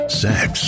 sex